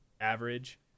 average